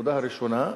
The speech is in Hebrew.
הנקודה הראשונה היא,